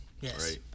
yes